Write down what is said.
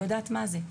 ושהיא לא יודעת מה זה.